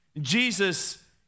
jesus